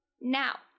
Now